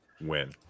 win